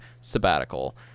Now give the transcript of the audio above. sabbatical